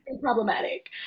problematic